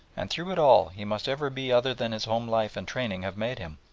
and through it all he must ever be other than his home life and training have made him.